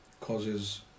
causes